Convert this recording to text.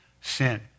sin